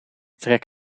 trek